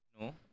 No